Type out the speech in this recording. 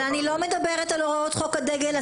אבל אני לא מדברת על הוראות חוק הדגל,